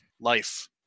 life